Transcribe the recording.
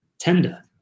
tender